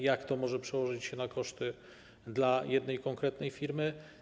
Jak to może przełożyć się na koszty dla jednej konkretnej firmy?